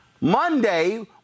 Monday